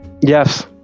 Yes